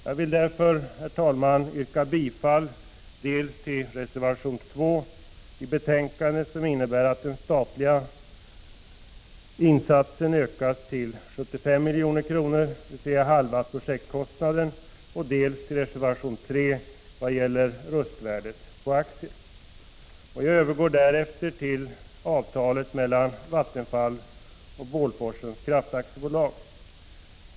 Jag vill därför, herr talman, yrka bifall dels till reservation 2, som innebär att den statliga insatsen ökas till 75 milj.kr., dvs. halva projektkostnaden, dels till reservation 3 vad gäller röstvärdet på aktier. Jag övergår nu till avtalet mellan Vattenfall och Bålforsens Kraftaktiebolag.